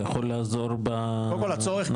הוא יכול לעזור בנתב"ג.